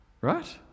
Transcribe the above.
right